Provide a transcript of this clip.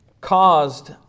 caused